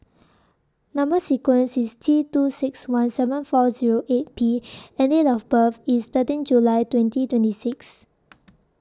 Number sequence IS T two six one seven four Zero eight P and Date of birth IS thirteen July twenty twenty six